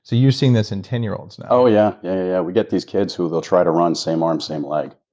so you're seeing this in ten year-olds now. oh yeah. yeah, yeah, yeah. we get these kids who they'll try to run same arm, same leg.